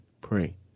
Pray